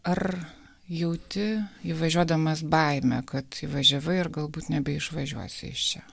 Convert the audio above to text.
ar jauti įvažiuodamas baimę kad įvažiavai ir galbūt nebeišvažiuosi iš čia